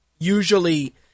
Usually